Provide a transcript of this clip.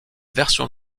version